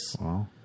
Wow